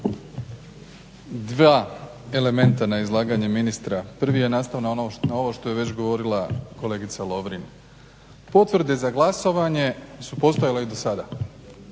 Dva elementa na izlaganje ministra. Prvi je nastavno na ovo što je već govorila kolegica Lovrin. Potvrde za glasovanje su postojale i do sada